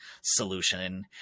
solution